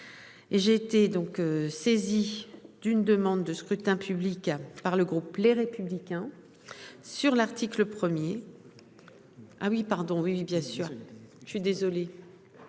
j'ai été donc saisi d'une demande de scrutin public par le groupe Les Républicains sur l'article 1er. Ah oui pardon. Oui bien sûr je suis désolée.